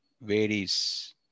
varies